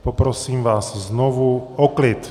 Poprosím vás znovu o klid.